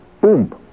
boom